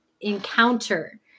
encounter